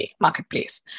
marketplace